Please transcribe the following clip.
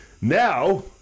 now